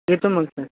येतो मग सर